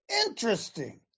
Interesting